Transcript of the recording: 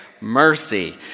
Mercy